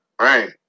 Right